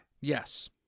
Yes